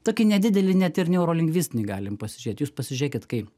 tokį nedidelį net ir neurolingvistinį galim pasižiūrėt jūs pasižiūrėkit kai